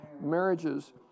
Marriages